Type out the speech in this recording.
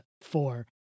four